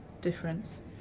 difference